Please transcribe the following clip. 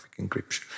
encryption